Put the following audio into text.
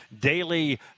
daily